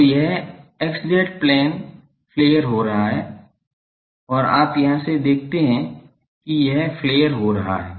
तो यह x z plane हो रहा है और आप यहां से देखते हैं कि यह हो रहा है